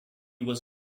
was